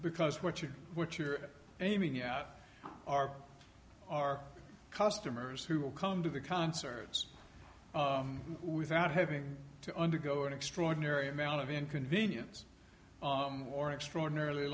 because what you what you're aiming at our our customers who will come to the concert without having to undergo an extraordinary amount of inconvenience or extraordinarily